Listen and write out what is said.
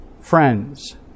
friends